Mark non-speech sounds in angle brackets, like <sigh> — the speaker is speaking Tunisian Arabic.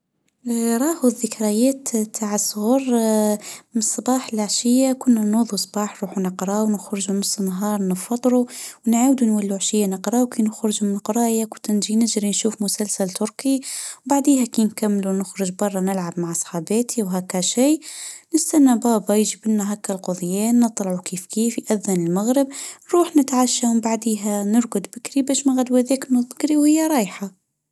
راهو <hesitation> الذكريات بتع لصغر. من لصباح لعشيه كنا نظو صباح روحو نقرأوا ونخرجوا نص نهار نفطرو ونعودو نولع شي نقراؤ كن بنخرج من القراءه ، كنا نشوف مسلسل تركي وبعديها كي نكملو نخرج برا نلعب مع صحباتي وهكا شاي نستني بابا يجبلنا هكا الكوذيان نطلعو كيف كيف يأذن المغرب روح نتعشى وبعديها نرقد بكري بش ما غدو <unintelligible> وهي رايحه.